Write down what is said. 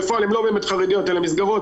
בפועל הם לא באמת חרדיות אלא מסגרות